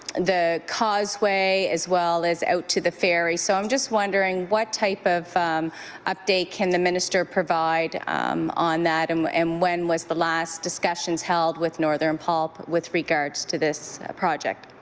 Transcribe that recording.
the causeway as well as out to the ferry so i'm just wondering what type of update can the minister provide on that and when um when was the last discussions held with northern pulp with regards to this project?